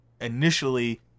initially